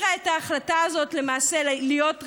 שעברה הפכה את ההחלטה הזאת למעשה לרלוונטית,